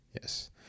yes